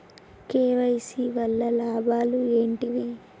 KYC వల్ల లాభాలు ఏంటివి?